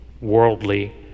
worldly